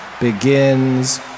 begins